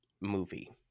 movie